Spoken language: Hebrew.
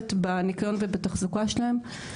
תומכת בניקיון ובתחזוקה שלהם.